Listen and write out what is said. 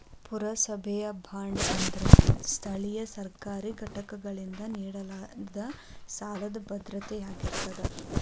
ಪುರಸಭೆಯ ಬಾಂಡ್ ಅಂದ್ರ ಸ್ಥಳೇಯ ಸರ್ಕಾರಿ ಘಟಕದಿಂದ ನೇಡಲಾದ ಸಾಲದ್ ಭದ್ರತೆಯಾಗಿರತ್ತ